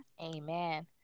Amen